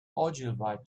ogilvy